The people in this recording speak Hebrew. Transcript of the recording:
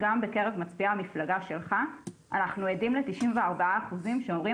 גם בקרב מצביעי המפלגה שלך אנחנו עדים ל-94% שאומרים